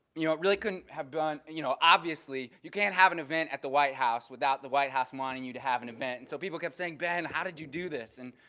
you know, it really couldn't have gone you know obviously you can't have an event at the white house without the white house wanting wanting you to have an event. and so people kept saying, ben, how did you do this? and,